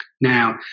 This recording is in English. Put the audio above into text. Now